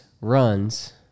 runs